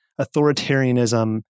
authoritarianism